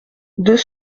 deux